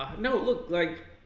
you know it looks like